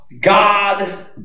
God